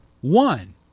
One